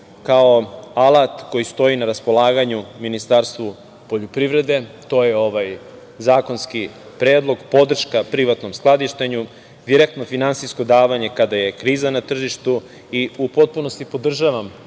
kao alat koji stoji na raspolaganju Ministarstvu poljoprivrede, to je zakonski predlog, podrška privatnom skladištenju, direktno finansijsko davanje kada je kriza na tržištu i u potpunosti podržavam